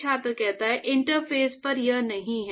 छात्र इंटरफ़ेस पर यह नहीं है